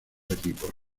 equipos